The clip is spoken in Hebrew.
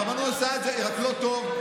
הרבנות עושה את זה לא טוב,